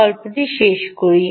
গল্পটি শেষ করি